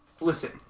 Listen